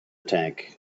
tank